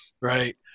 Right